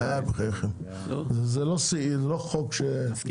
זה לא חוק משמעותי.